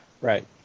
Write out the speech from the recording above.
Right